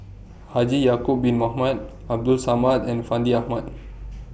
Haji Ya'Acob Bin Mohamed Abdul Samad and Fandi Ahmad